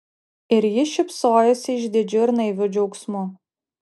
ir ji šypsojosi išdidžiu ir naiviu džiaugsmu